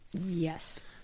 Yes